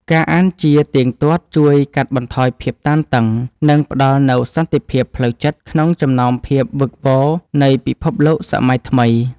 ការអានជាទៀងទាត់ជួយកាត់បន្ថយភាពតានតឹង និងផ្ដល់នូវសន្តិភាពផ្លូវចិត្តក្នុងចំណោមភាពវឹកវរនៃពិភពលោកសម័យថ្មី។